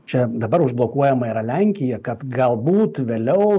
čia dabar užblokuojama yra lenkija kad galbūt vėliau